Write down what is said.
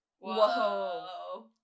Whoa